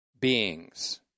beings